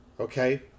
okay